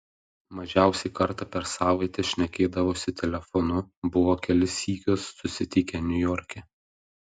mažiausiai kartą per savaitę šnekėdavosi telefonu buvo kelis sykius susitikę niujorke